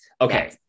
Okay